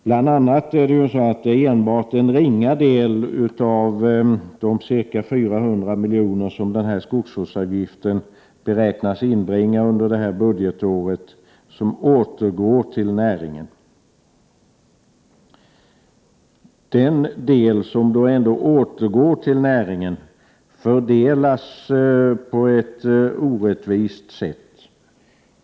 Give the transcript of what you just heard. Bl.a. är det enbart en ringa del av de ca 400 miljoner som skogsvårdsavgiften beräknas inbringa under detta budgetår som återgår till näringen. Den del som ändå återgår till näringen fördelas på ett orättvist sätt.